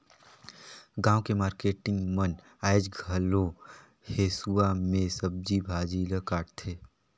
गाँव के मारकेटिंग मन आयज घलो हेसुवा में सब्जी भाजी ल काटथे